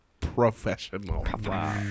professional